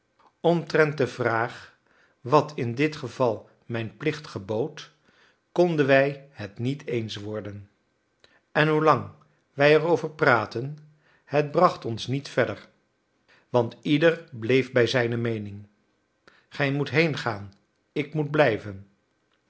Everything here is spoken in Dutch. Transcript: omtrent de vraag wat in dit geval mijn plicht gebood konden wij het niet eens worden en hoe lang wij erover praatten het bracht ons niet verder want ieder bleef bij zijne meening gij moet heengaan ik moet blijven